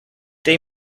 they